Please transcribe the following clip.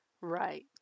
Right